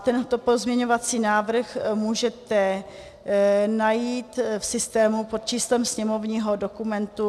Tento pozměňovací návrh můžete najít v systému pod číslem sněmovního dokumentu 1843.